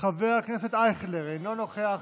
חבר הכנסת אייכלר, אינו נוכח,